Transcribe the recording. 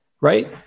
right